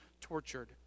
tortured